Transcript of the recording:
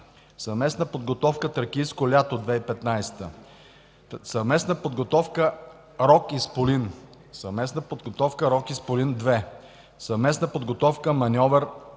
съвместна подготовка „Тракийско лято 2015”, съвместна подготовка „Рок исполин” , съвместна подготовка „Рок исполин 2”, съвместна подготовка „Маньовър